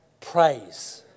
praise